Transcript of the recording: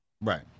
Right